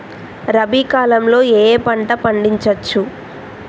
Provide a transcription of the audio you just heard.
రబీ కాలంలో ఏ ఏ పంట పండించచ్చు?